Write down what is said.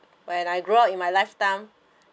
when I grow up in my lifetime